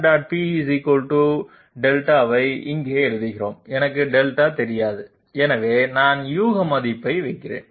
p δ ஐ இங்கே எழுதுகிறோம் எனக்கு δ தெரியாது எனவே நான் யூக மதிப்பை வைக்கிறேன்